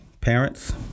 parents